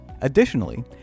Additionally